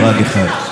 פועל.